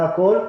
זה הכול.